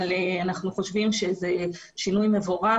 אבל אנחנו חושבים שזה שינוי מבורך.